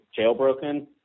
jailbroken